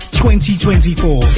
2024